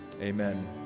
amen